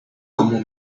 como